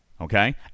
Okay